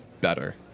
Better